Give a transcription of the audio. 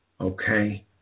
Okay